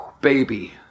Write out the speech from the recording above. Baby